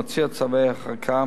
מוציאה צווי הרחקה,